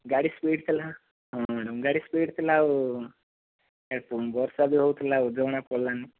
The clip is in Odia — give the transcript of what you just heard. ଗାଡ଼ି ସ୍ପୀଡ଼ ଥିଲା ହଁ ମ୍ୟାଡାମ ଗାଡ଼ି ସ୍ପୀଡ଼ ଥିଲା ଆଉ ବର୍ଷା ବି ହେଉଥିଲା ଆଉ ଜଣା ପଡ଼ିଲାନି